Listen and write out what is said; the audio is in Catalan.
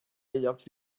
llocs